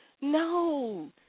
No